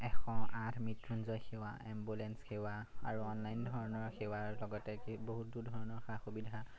এশ আঠ মৃত্যুঞ্জয় সেৱা এম্বুলেঞ্চ সেৱা আৰু অনলাইন ধৰণৰ সেৱাৰ লগতে কি বহুতো ধৰণৰ সা সুবিধা